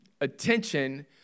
Attention